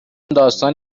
داستانی